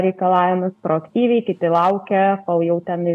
reikalavimus proaktyviai kiti laukia kol jau ten